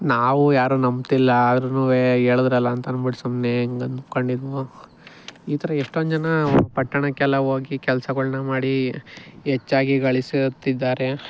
ನಾವು ಯಾರು ನಂಬ್ತಿಲ್ಲ ಆದ್ರುನು ಹೇಳಿದ್ರಲಾ ಅಂತನ್ಬಿಟ್ಟು ಸುಮ್ಮನೆ ಹಿಂಗ್ ಅನ್ಕೊಂಡಿದ್ವು ಈ ಥರ ಎಷ್ಟೊಂದು ಜನ ಪಟ್ಟಣಕ್ಕೆಲ್ಲ ಹೋಗಿ ಕೆಲ್ಸಗಳ್ನ ಮಾಡಿ ಹೆಚ್ಚಾಗಿ ಗಳಿಸುತ್ತಿದ್ದಾರೆ